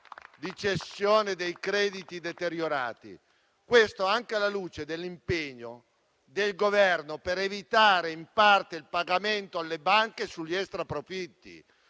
di cessione dei crediti deteriorati. Tutto questo anche alla luce dell'impegno del Governo per evitare in parte il pagamento alle banche sugli extra profitti.